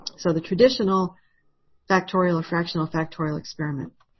so the traditional factorial of fractional factorial experiment.